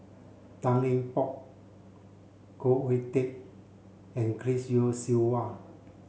Tan Eng Bock Khoo Oon Teik and Chris Yeo Siew Hua